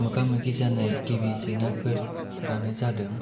मोगा मोगि जानाय गिबि जेंनाफोरानो जादों